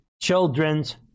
Children's